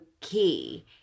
key